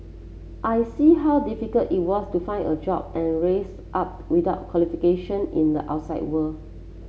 I see how difficult it was to find a job and rise up without qualification in the outside world